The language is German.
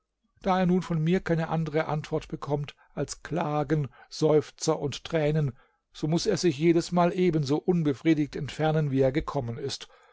da er nun von mir keine andere antwort bekommt als klagen seufzer und tränen so muß er sich jedesmal ebenso unbefriedigt entfernen wie er gekommen ist